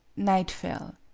night fell.